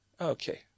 Okay